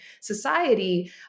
society